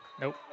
Nope